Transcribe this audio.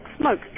smoke